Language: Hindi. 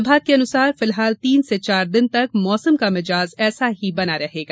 विभाग के अनुसार फिलहाल तीन से चार दिन तक मौसम का मिजाज ऐसा ही बना रहेगा